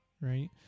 right